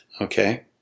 okay